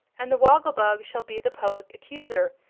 and the woggle-bug shall be the public accuser,